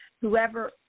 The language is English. whoever